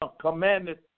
commanded